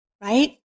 Right